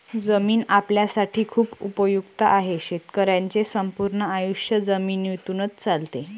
जमीन आपल्यासाठी खूप उपयुक्त आहे, शेतकऱ्यांचे संपूर्ण आयुष्य जमिनीतूनच चालते